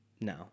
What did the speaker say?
No